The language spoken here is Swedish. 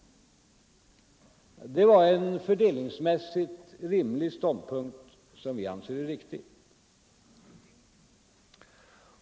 Detta var en fördelningsmässigt rimlig ståndpunkt som vi anser är viktig.